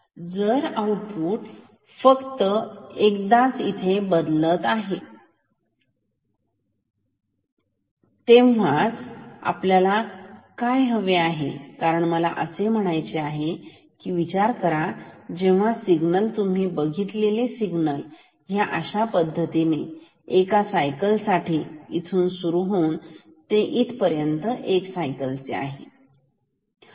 तर आऊटपुट फक्त एकदा इथे बदलते तेव्हाच आपल्याला काय हवे आहे कारण मला असे म्हणायचे आहे की विचार करा जेव्हा असलेले सिग्नल तुम्ही बघितलेले सिग्नल या पद्धतीने आहे इथे एका सायकल साठी इथून सुरू होऊन ते इथेपर्यंत एक सायकलचे आहे